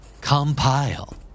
Compile